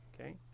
Okay